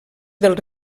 dels